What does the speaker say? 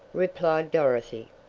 replied dorothy.